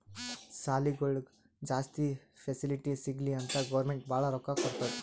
ಸಾಲಿಗೊಳಿಗ್ ಜಾಸ್ತಿ ಫೆಸಿಲಿಟಿ ಸಿಗ್ಲಿ ಅಂತ್ ಗೌರ್ಮೆಂಟ್ ಭಾಳ ರೊಕ್ಕಾ ಕೊಡ್ತುದ್